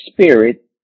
spirit